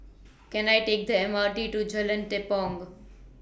Can I Take The M R T to Jalan Tepong